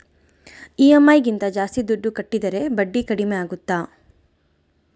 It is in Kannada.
ಇ.ಎಮ್.ಐ ಗಿಂತ ಜಾಸ್ತಿ ದುಡ್ಡು ಕಟ್ಟಿದರೆ ಬಡ್ಡಿ ಕಡಿಮೆ ಆಗುತ್ತಾ?